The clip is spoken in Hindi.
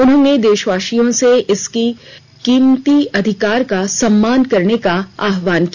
उन्होंने देशवासियों से इस कीमती अधिकार का सम्मान करने का आह्वान किया